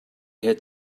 had